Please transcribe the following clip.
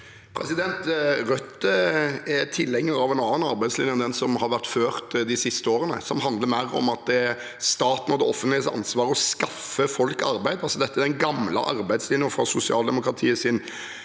Rødt er tilhen- ger av en annen arbeidslinje enn den som har vært ført de siste årene, som handler mer om at det er staten og det offentliges ansvar å skaffe folk arbeid – dette er den gamle arbeidslinjen fra sosialdemokratiets